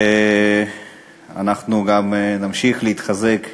ואנחנו גם נמשיך להתחזק,